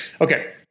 Okay